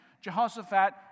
Jehoshaphat